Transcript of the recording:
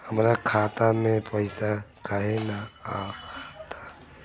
हमरा खाता में पइसा काहे ना आव ता?